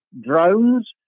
drones